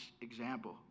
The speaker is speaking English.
example